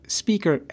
speaker